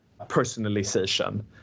personalization